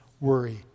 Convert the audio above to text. worry